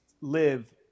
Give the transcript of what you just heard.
live